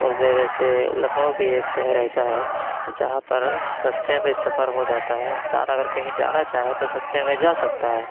اُن میں ویسے لکھنؤ بھی ایک شہر ایسا ہے جہاں پر سَستے میں سفر ہو جاتا ہے انسان اگر کہیں جانا چاہے تو سَستے میں جا سکتا ہے